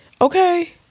Okay